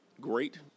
great